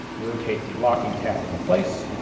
rotate the locking tab into place,